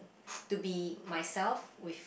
to be myself with